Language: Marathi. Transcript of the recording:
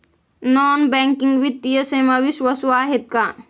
नॉन बँकिंग वित्तीय सेवा विश्वासू आहेत का?